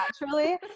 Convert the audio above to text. naturally